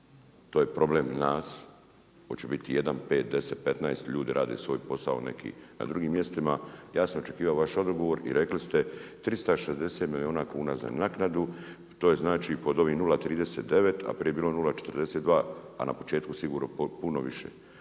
to je problem nas, hoće li biti 1, 5, 10, 15 ljudi radi svoj posao na nekim drugim mjestima. Ja sam očekivao vaš odgovor i rekli ste 360 milijuna kuna za naknadu, to je znači pod 0,39 a prije je bilo 0,42, a na početku sigurno puno više.